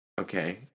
okay